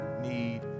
need